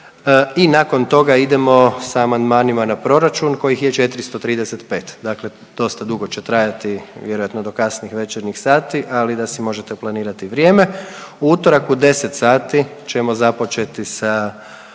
i nakon toga idemo sa amandmanima na proračun kojih je 435. Dakle dosta dugo će trajati, vjerojatno do kasnih večernjih sati, ali da se možete planirati vrijeme. U utorak u 10 sati ćemo započeti sa